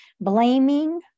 blaming